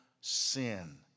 sin